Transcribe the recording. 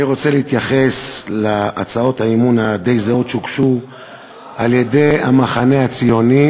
אני רוצה להתייחס להצעות האי-אמון הדי-זהות שהוגשו על-ידי המחנה הציוני